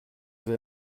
vais